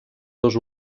dos